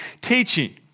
teaching